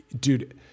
dude